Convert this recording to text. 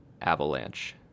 Avalanche